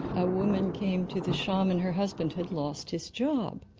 a woman came to the shaman, her husband had lost his job,